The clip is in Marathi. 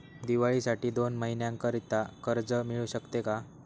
दिवाळीसाठी दोन महिन्याकरिता कर्ज मिळू शकते का?